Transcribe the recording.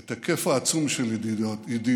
את ההיקף העצום של ידיעותיו,